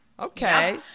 Okay